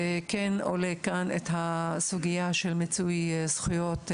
אכן, עולה כאן הסוגיה של מיצוי זכויות למשפחות,